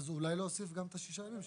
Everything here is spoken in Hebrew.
אז אולי להוסיף גם את השישה ימים.